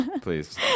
please